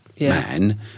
man